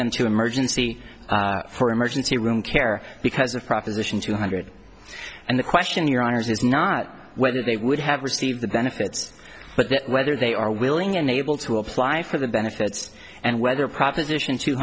them to emergency for emergency room care because of proposition two hundred and the question your honour's is not whether they would have received the benefits but that whether they are willing and able to apply for the benefits and whether proposition two